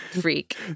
freak